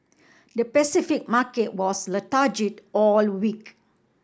the Pacific market was all week